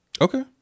Okay